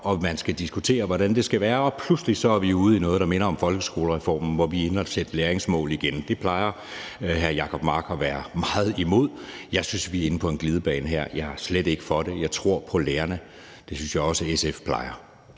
og så skal vi diskutere, hvordan det skal foregå, og pludselig er vi ude i noget, der minder om folkeskolereformen, hvor vi igen er inde at sætte læringsmål. Det plejer hr. Jacob Mark at være meget imod. Jeg synes, vi er inde på en glidebane her. Jeg er slet ikke for det. Jeg tror på lærerne, og det synes jeg også SF plejer